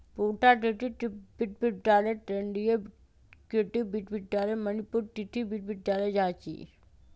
पूसा कृषि विश्वविद्यालय, केन्द्रीय कृषि विश्वविद्यालय मणिपुर, कृषि विश्वविद्यालय झांसी